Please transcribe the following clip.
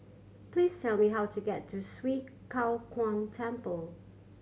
please tell me how to get to Swee Kow Kuan Temple